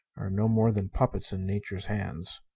are no more than puppets in nature's hands.